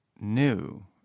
new